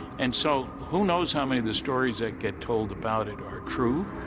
and so, who knows how many of the stories that get told about it are true?